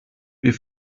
wir